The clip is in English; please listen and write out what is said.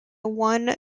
one